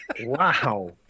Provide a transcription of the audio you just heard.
Wow